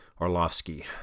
Arlovsky